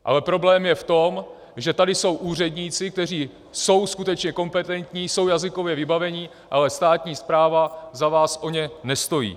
Ale problém je v tom, že tady jsou úředníci, kteří jsou skutečně kompetentní, jsou jazykově vybavení, ale státní správa za vás o ně nestojí.